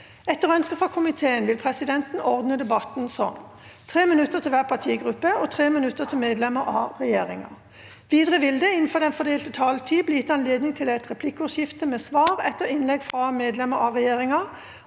forsvarskomiteen vil presidenten ordne debatten slik: 3 minutter til hver partigruppe og 3 minutter til medlemmer av regjeringen. Videre vil det – innenfor den fordelte taletid – bli gitt anledning til inntil sju replikker med svar etter innlegg fra medlemmer av regjeringen,